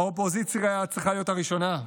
האופוזיציה צריכה להיות הראשונה.